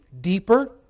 deeper